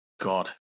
God